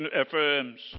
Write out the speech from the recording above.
affirms